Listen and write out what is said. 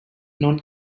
known